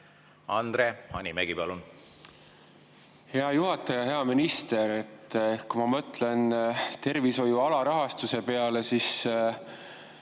Andre Hanimägi, palun! Hea juhataja! Hea minister! Kui ma mõtlen tervishoiu alarahastuse peale, siis